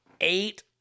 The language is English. Eight